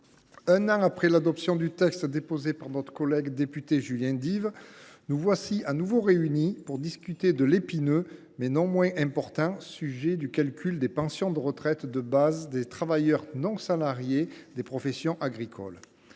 un an après l’adoption du texte déposé par notre collègue député Julien Dive, nous voilà de nouveau réunis pour discuter de l’épineux, mais non moins important sujet du calcul des pensions de retraite de base des travailleurs non salariés des professions agricoles.